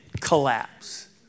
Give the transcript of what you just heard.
collapse